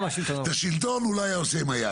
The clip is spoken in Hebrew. את השלטון הוא לא היה עושה עם היד,